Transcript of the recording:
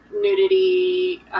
Nudity